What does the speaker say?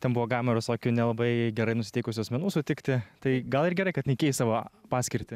ten buvo galima ir visokių nelabai gerai nusiteikusių asmenų sutikti tai gal ir gerai kad jinai keis savo paskirtį